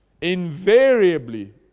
Invariably